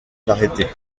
l’arrêter